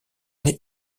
née